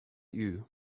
you